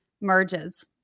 merges